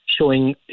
Showing